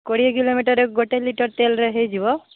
କୋଡ଼ିଏ କିଲୋମିଟର୍ ଗୋଟେ ଲିଟର୍ ତେଲରେ ହୋଇଯିବ